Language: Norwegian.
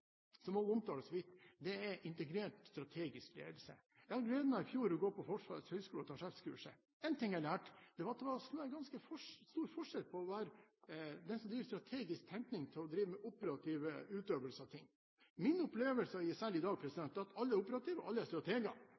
så vidt er omtalt, er integrert strategisk ledelse. Jeg hadde i fjor gleden av å gå på Forsvarets høgskole og ta sjefskurset. Én ting jeg lærte, var at det var ganske stor forskjell på å drive strategisk tenkning og å drive med operativ utøvelse av noe. Min opplevelse er i særlig grad at alle er operative, og at alle er